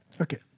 Okay